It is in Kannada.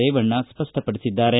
ರೇವಣ್ಣ ಸ್ಪಪ್ಪಪಡಿಸಿದ್ದಾರೆ